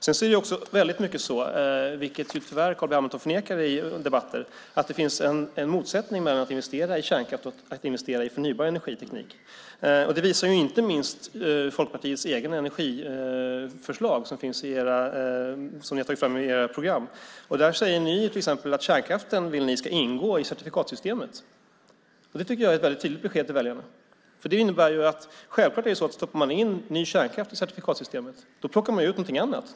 Det är också väldigt mycket så, vilket tyvärr Carl B Hamilton förnekar i debatter, att det finns en motsättning mellan att investera i kärnkraft och att investera i förnybar energiteknik. Det visar inte minst Folkpartiets eget energiförslag som ni har tagit fram i ert program. Där säger ni till exempel att ni vill att kärnkraften ska ingå i certifikatsystemet. Det tycker jag är ett väldigt tydligt besked till väljarna. Det innebär självklart att om man stoppar in ny kärnkraft i certifikatsystemet plockar man ut någonting annat.